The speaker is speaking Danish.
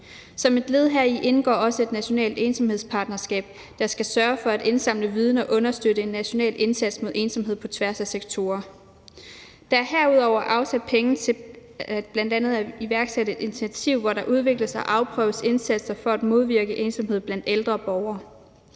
Som et led heri indgår også et nationalt ensomhedspartnerskab, der skal sørge for at indsamle viden og understøtte en national indsats mod ensomhed på tværs af sektorer. Der er herudover afsat penge til bl.a. at iværksætte et initiativ, hvor der udvikles og afprøves indsatser for at modvirke ensomhed blandt ældre borgere.